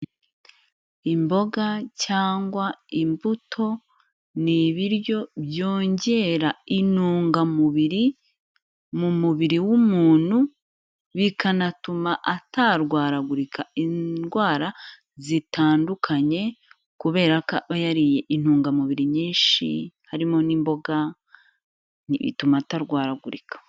Imboga cyangwa imbuto ni ibiryo byongera intungamubiri mu mubiri w'umuntu, bikanatuma atarwaragurika indwara zitandukanye kubera ko aba yariye intungamubiri nyinshi, harimo n'imboga bituma atarwaragurika.